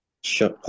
Sure